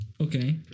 Okay